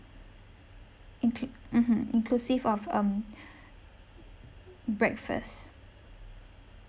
inclu~ mmhmm inclusive of um breakfast